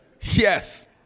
Yes